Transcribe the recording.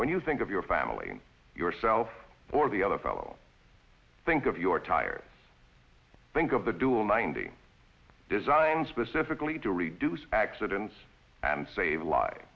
when you think of your family yourself or the other fellow think of your tires think of the dual ninety designed specifically to reduce accidents and save live